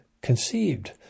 conceived